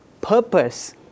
purpose